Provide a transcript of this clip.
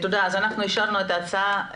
הצעת החוק אושרה.